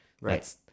Right